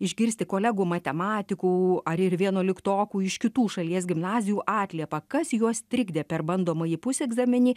išgirsti kolegų matematikų ar ir vienuoliktokų iš kitų šalies gimnazijų atliepą kas juos trikdė per bandomąjį pusegzaminį